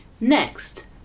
next